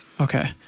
Okay